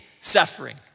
suffering